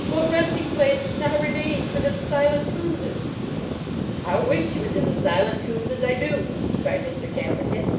what resting-places now remains but in the silent tombses i wish you was in the silent tombses, i do cried mr tappertit,